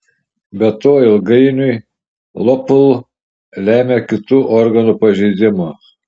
be to ilgainiui lopl lemia kitų organų pažeidimą